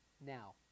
now